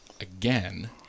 again